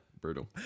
Brutal